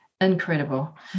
Incredible